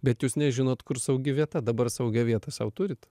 bet jūs nežinot kur saugi vieta dabar saugią vietą sau turit